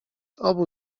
obu